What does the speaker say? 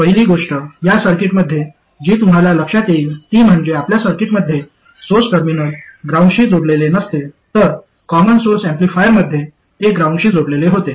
पहिली गोष्ट या सर्किटमध्ये जी तुम्हाला लक्षात येईल ती म्हणजे आपल्या सर्किटमध्ये सोर्स टर्मिनल ग्राउंडशी जोडलेले नसते तर कॉमन सोर्स एम्पलीफायरमध्ये ते ग्राउंडशी जोडलेले होते